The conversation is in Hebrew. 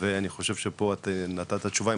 ואני חושב שפה את נתת את התשובה,